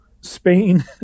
Spain